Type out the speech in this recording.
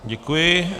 Děkuji.